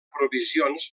provisions